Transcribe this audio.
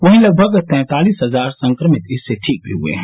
वहीं लगभग तैंतालिस हजार संक्रमित इससे ठीक भी हुए हैं